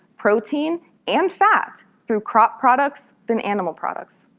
protein and fat through crop products than animal products.